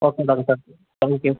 okay doctor thank you